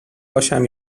باشم